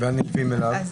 והנלווים אליו?